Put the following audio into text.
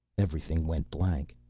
everything went blank.